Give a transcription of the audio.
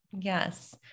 yes